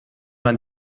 man